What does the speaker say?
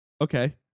okay